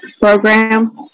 program